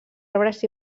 arbres